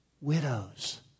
widows